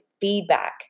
feedback